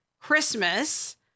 Christmas